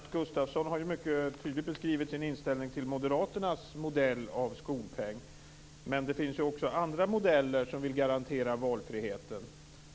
Herr talman! Lennart Gustavsson har mycket tydligt beskrivit sin inställning till moderaternas modell av skolpeng. Men det finns också andra modeller som vill garantera valfriheten.